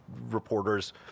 reporters